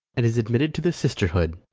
and is admitted to the sisterhood.